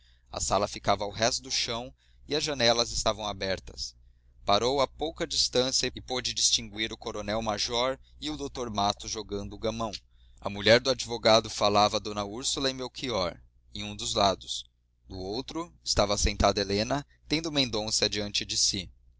a sala ficava ao rés do chão e as janelas estavam abertas parou a pouca distância e pôde distinguir o coronel major e o dr matos jogando o gamão a mulher do advogado falava a d úrsula e melchior em um dos lados do outro estava assentada helena tendo mendonça diante de si